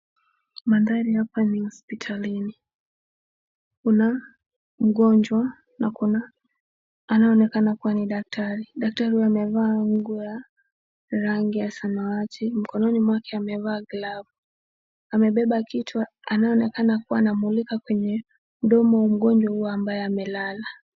Mandhari haya ni ya hospitalini. Kuna mgonjwa na kuna anayeonekana kama daktari. Daktari huyu amevaa nguo ya rangi ya samawati na mkononi mwake amevaa glavu. Amebeba kitu anaonekana kuwa anamulika kwenye mdomo wa mgonjwa huyu amabye amelala.